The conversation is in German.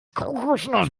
kokosnuss